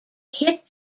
hit